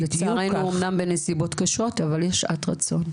לצערנו אמנם בנסיבות קשות אבל יש שעת רצון.